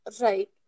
Right